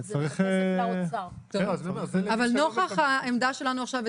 אבל נוכח העמדה שלנו עכשיו,